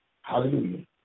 Hallelujah